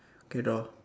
okay draw